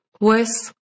Worse